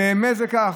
באמת זה כך?